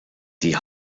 die